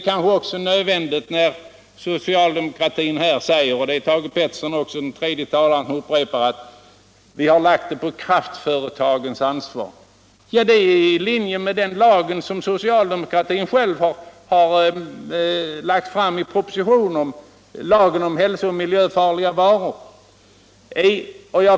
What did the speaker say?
Thage Peterson är den tredje talare som framhåller att vi vill lägga ansvaret på kraftföretagen. Ja, det är i linje med den lag som socialdemokratin själv lagt fram proposition om, lagen om hälsooch miljöfarliga varor.